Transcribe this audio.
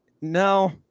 No